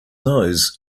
nose